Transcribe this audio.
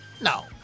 No